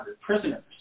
prisoners